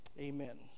amen